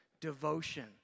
devotion